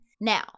Now